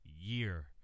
year